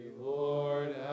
Lord